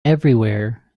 everywhere